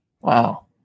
Wow